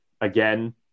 Again